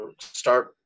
start